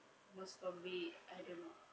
most probably I don't know